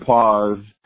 Pause